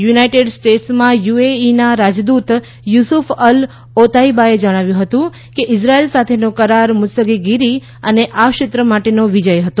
United સ્ટેટ્સમાં યુએઈના રાજદુત યુસુફ અલ ઓતાઇબાએ જણાવ્યુ હતું કે ઇઝરાયલ સાથેનો કરાર મુત્સદીગીરી અને આ ક્ષેત્ર માટેનો વિજય હતો